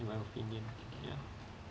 in my opinion ya